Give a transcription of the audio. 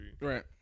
Right